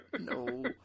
No